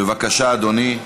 בבקשה, אדוני.